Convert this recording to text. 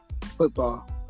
Football